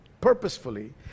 purposefully